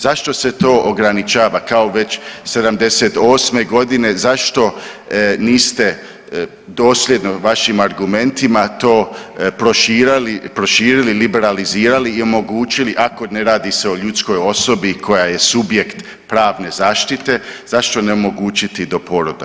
Zašto se to ograničava kao već '78. g., zašto niste dosljedno vašim argumentima to prošili, liberalizirali i omogućili, ako ne radi se o ljudskoj osobi koja je subjekt pravne zaštite, zašto ne omogućiti do poroda?